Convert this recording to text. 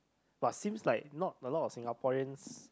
but seems like not a lot of Singaporeans